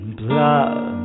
blood